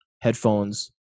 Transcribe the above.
headphones